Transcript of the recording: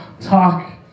talk